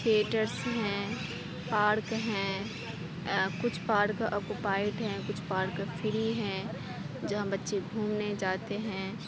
theatres ہیں park ہیں کچھ پارک اکیوپائڈ ہیں کچھ پارک فری ہیں جہاں بچے گھومنے جاتے ہیں